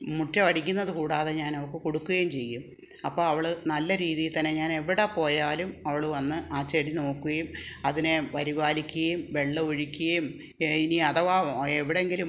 മുറ്റം അടിക്കുന്നത് കൂടാതെ ഞാൻ അവൾക്ക് കൊടുക്കുകയും ചെയ്യും അപ്പം അവൾ നല്ല രീതിയിൽ തന്നെ ഞാൻ എവിടെപ്പോയാലും അവൾ വന്ന് ആ ചെടി നോക്കുകയും അതിനെ പരിപാലിക്കുകയും വെള്ളം ഒഴിക്കുകയും ഇനി അഥവാ എവിടെയെങ്കിലും